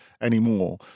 anymore